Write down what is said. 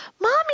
Mommy